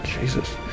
Jesus